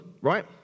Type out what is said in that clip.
right